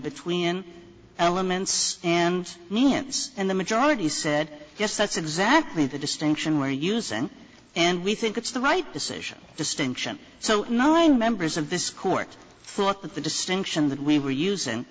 between elements and nance and the majority said yes that's exactly the distinction we're using and we think it's the right decision distinction so now i members of this court thought that the distinction that we were using